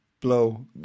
blow